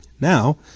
Now